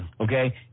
okay